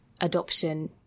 adoption